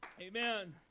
amen